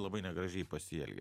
labai negražiai pasielgė